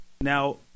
Now